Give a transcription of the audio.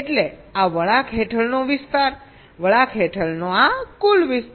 એટલે આ વળાંક હેઠળનો વિસ્તાર વળાંક હેઠળનો આ કુલ વિસ્તાર